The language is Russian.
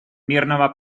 мирного